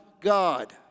God